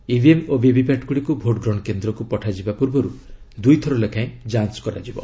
EVM ଓ VVPAT ଗୁଡ଼ିକୁ ଭୋଟ୍ଗ୍ରହଣ କେନ୍ଦ୍ରକୁ ପଠାଯିବା ପୂର୍ବରୁ ଦୁଇଥର ଲେଖାଏଁ ଯାଞ୍ଚ କରାଯିବ